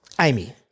Amy